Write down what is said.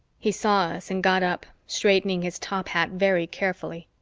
he saw us and got up, straightening his top hat very carefully.